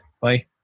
Bye